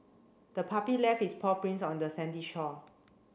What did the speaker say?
the puppy left its paw prints on the sandy shore